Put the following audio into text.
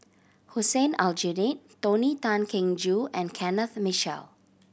Hussein Aljunied Tony Tan Keng Joo and Kenneth Mitchell